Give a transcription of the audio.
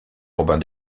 robin